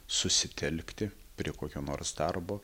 susitelkti prie kokio nors darbo